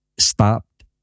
stopped